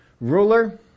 Ruler